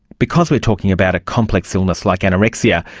because we're talking about a complex illness like anorexia,